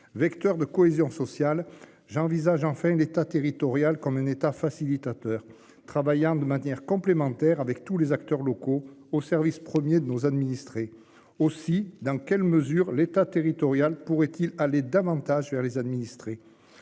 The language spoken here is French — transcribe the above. Vecteur de cohésion sociale. J'envisage enfin d'État territorial comme un État facilitateur travaillant de manière complémentaire avec tous les acteurs locaux au service 1er de nos administrés aussi dans quelle mesure l'État territoriale pourrait-il aller davantage vers les administrés.